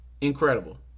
Incredible